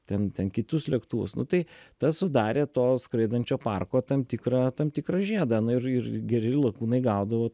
ten ten kitus lėktuvus nu tai tas sudarė to skraidančio parko tam tikrą tam tikrą žiedą nu ir ir geri lakūnai gaudavo